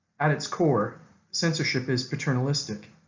at its core censorship is paternalistic,